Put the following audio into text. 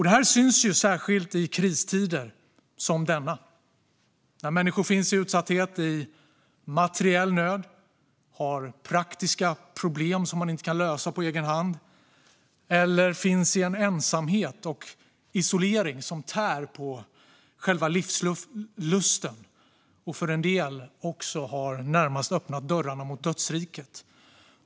Detta syns särskilt i kristider, som denna, när människor finns i utsatthet, i materiell nöd, och har praktiska problem som man inte kan lösa på egen hand eller finns i ensamhet och isolering som tär på själva livsluften och som för en del också närmast har öppnat dörrarna mot dödsriket.